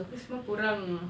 ni semua kau orang